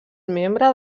membre